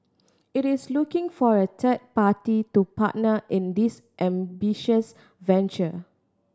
it is looking for a third party to partner in this ambitious venture